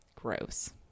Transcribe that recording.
gross